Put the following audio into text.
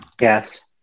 Yes